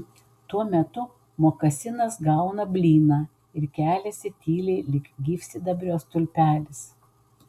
tuo metu mokasinas gauna blyną ir keliasi tyliai lyg gyvsidabrio stulpelis